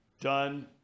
done